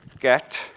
get